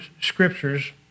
scriptures